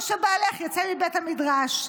או שבעלך יצא מבית המדרש.